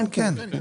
כן, כן.